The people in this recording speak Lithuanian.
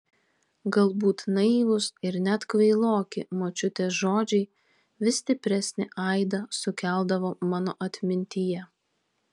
galbūt naivūs ir net kvailoki močiutės žodžiai vis stipresnį aidą sukeldavo mano atmintyje